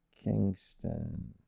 Kingston